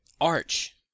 Arch